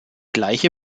gleiche